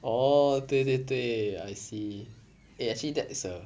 oh 对对对 I see eh actually that is a